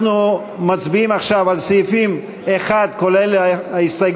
אנחנו מצביעים עכשיו בקריאה שנייה על סעיף 1 כולל ההסתייגות